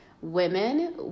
women